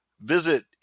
visit